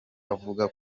avuga